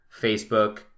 Facebook